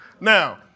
Now